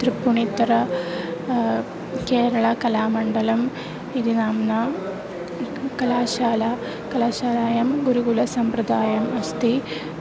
त्रिप्पुणित्तर केरळकलामण्डलम् इति नाम्ना एकं कलाशाला कलाशालायां गुरुकुलसम्प्रदायम् अस्ति